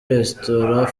restaurent